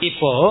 Ipo